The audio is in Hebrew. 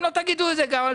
לכן לא תגידו את זה גם על